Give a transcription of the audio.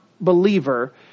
believer